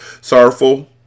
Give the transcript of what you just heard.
Sorrowful